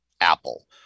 apple